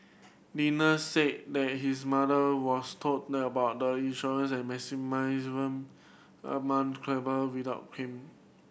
said that his mother was told about the insurance and amount claimable without him